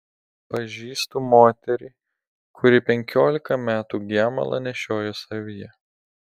pažįstu moterį kuri penkiolika metų gemalą nešiojo savyje